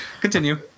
Continue